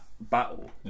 battle